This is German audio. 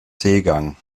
seegang